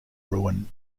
ruin